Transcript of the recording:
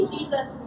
Jesus